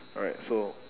alright so